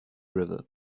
river